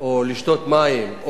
או רוצה לשתות מים,